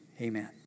Amen